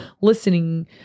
listening